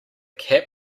cap